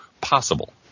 possible